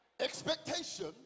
expectation